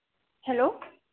hello